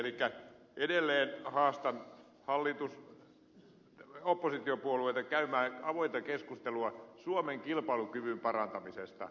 elikkä edelleen haastan oppositiopuolueita käymään avointa keskustelua suomen kilpailukyvyn parantamisesta